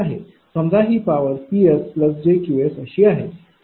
समजा ही पावरPSj QSअशी आहे